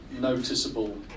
noticeable